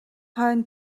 хойно